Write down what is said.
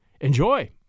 Enjoy